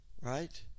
right